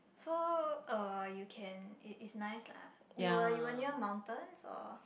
so uh you can it it's nice lah you were you were near mountains or